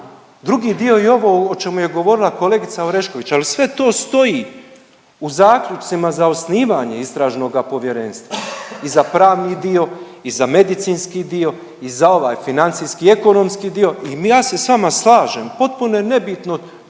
Drugi dio je ovo o čemu je govorila kolegica Orešković, ali sve to stoji u zaključcima za osnivanje istražnoga povjerenstva i za pravni dio i za medicinski dio i za ovaj financijski ekonomski dio i ja se sa vama slažem. Potpuno je nebitno